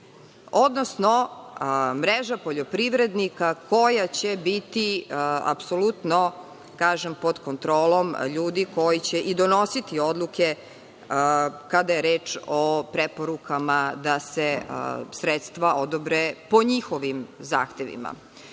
Odnosno, mreža poljoprivrednika koja će biti apsolutno pod kontrolom ljudi koji će i donositi odluke kada je reč o preporukama da se sredstva odobre po njihovim zahtevima.